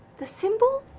the symbol?